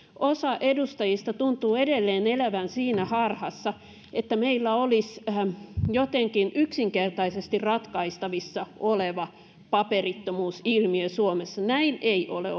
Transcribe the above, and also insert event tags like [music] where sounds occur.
osa edustajista tuntuu edelleen elävän siinä harhassa että meillä olisi jotenkin yksinkertaisesti ratkaistavissa oleva paperittomuusilmiö suomessa näin ei ole [unintelligible]